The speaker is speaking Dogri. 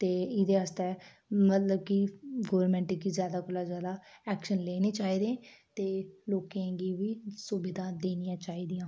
ते एह्दे आस्तै मतलब कि गौरमेंट गी जादै कोला जादै ऐक्शन लैने चाहिदे ते लोकें गी बी सुविधा देनियां चाहिदियां